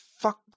fuck